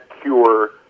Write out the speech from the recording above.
cure